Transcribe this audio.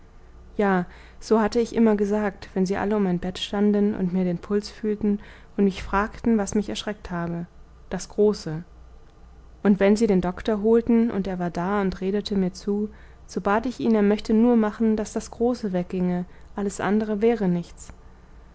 ja so hatte ich immer gesagt wenn sie alle um mein bett standen und mir den puls fühlten und mich fragten was mich erschreckt habe das große und wenn sie den doktor holten und er war da und redete mir zu so bat ich ihn er möchte nur machen daß das große wegginge alles andere wäre nichts